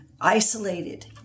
isolated